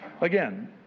Again